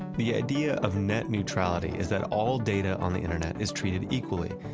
the idea of net neutrality is that all data on the internet is treated equally.